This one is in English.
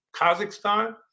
Kazakhstan